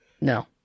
No